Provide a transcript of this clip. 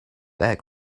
egg